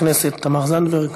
חברת הכנסת תמר זנדברג.